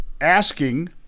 asking